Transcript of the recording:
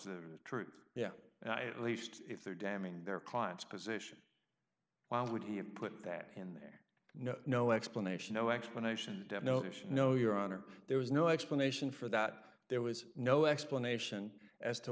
the truth yeah and i at least if they're damning their clients position while would you put that in there no no explanation no explanation no no your honor there was no explanation for that there was no explanation as to